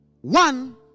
One